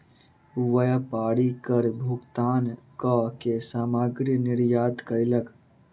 व्यापारी कर भुगतान कअ के सामग्री निर्यात कयलक